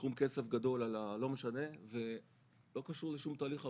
סכום כסף גדול על ה- לא משנה ולא קשור לשום תהליך עבודה,